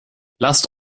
lasst